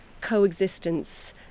coexistence